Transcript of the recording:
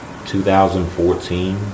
2014